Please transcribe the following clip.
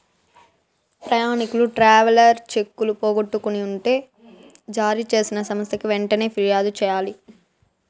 ప్రయాణికులు ట్రావెలర్ చెక్కులు పోగొట్టుకుంటే జారీ చేసిన సంస్థకి వెంటనే ఫిర్యాదు చెయ్యాలి